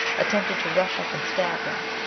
attempted to rush up and stab him,